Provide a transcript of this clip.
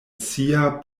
sia